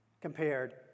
compared